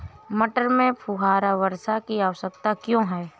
मटर में फुहारा वर्षा की आवश्यकता क्यो है?